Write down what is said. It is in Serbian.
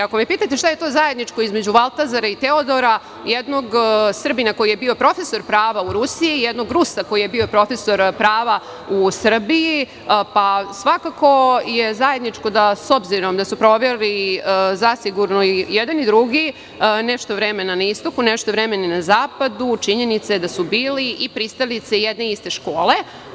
Ako me pitate šta je to zajedničko između Valtazara i Teodora, jednog Srbina koji je bio profesor prava u Rusiji i jednog Rusa koji je bio profesor prava u Srbiji, svakako je zajedničko da s obzirom da su proveli zasigurno i jedan i drugi nešto vremena na istoku, nešto vremena na zapadu, činjenica je da su bili i pristalice jedne iste škole.